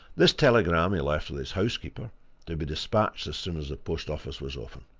this telegram he left with his housekeeper to be dispatched as soon as the post-office was open.